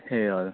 ए हजुर